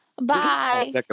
Bye